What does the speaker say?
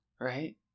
right